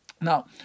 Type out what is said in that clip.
now